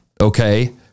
Okay